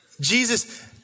Jesus